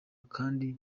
kandi